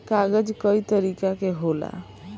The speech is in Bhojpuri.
कागज कई तरीका के होला